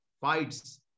fights